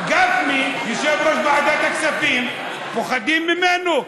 גפני, יושב-ראש ועדת הכספים, פוחדים ממנו?